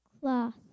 cloth